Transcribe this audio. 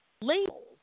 labels